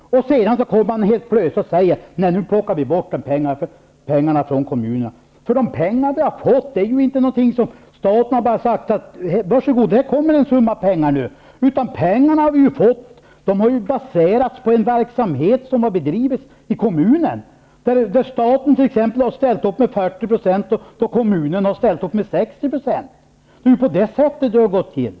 Sedan kommer man plötsligt och säger att man skall plocka bort pengar från kommunerna. Staten har inte bara kommit och sagt: Varsågod, här kommer en summa pengar! Vi har fått pengarna för att placera dem i en verksamhet som bedrivs av kommunen. Staten har t.ex. ställt upp med 40 % och kommunen med 60 %. Det är på det sättet det har gått till.